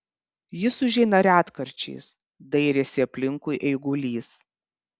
jis užeina retkarčiais dairėsi aplinkui eigulys